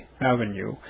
Avenue